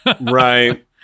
Right